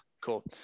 cool